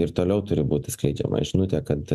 ir toliau turi būti skleidžiama žinutė kad